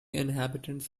inhabitants